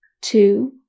two